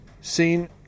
seen